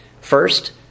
First